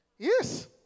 Yes